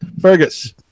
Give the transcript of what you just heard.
Fergus